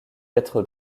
être